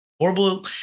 Horrible